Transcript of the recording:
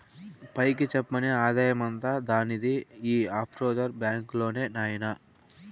పైకి చెప్పని ఆదాయమంతా దానిది ఈ ఆఫ్షోర్ బాంక్ లోనే నాయినా